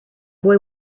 boy